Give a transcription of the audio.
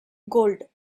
gold